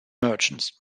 merchants